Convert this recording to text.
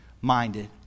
minded